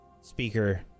Speaker